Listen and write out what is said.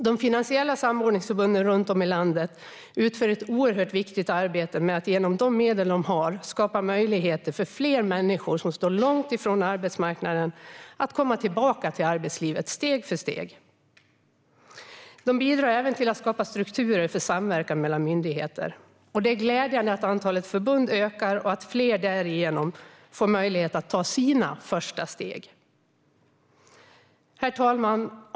De finansiella samordningsförbunden runt om i landet utför ett oerhört viktigt arbete med att, genom de medel de har, skapa möjligheter för fler människor som står långt ifrån arbetsmarknaden att komma tillbaka till arbetslivet steg för steg. De bidrar även till att skapa strukturer för samverkan mellan myndigheter. Det är glädjande att antalet förbund ökar och att fler därigenom får möjlighet att ta sina första steg. Herr talman!